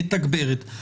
מתגברת.